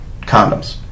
condoms